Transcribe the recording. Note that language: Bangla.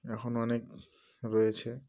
এখন অনেক রয়েছে